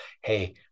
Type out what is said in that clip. Hey